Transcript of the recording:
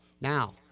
Now